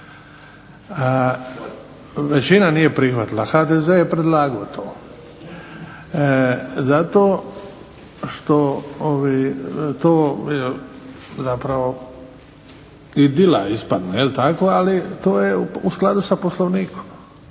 većina nije prihvatila, HDZ je predlagao to. Zato što zapravo idila ispadne ali to je u skladu sa Poslovnikom,